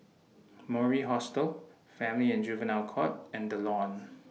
Mori Hostel Family and Juvenile Court and The Lawn